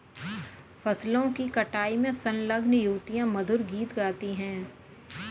फसलों की कटाई में संलग्न युवतियाँ मधुर गीत गाती हैं